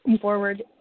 forward